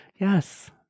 yes